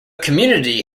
community